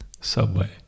subway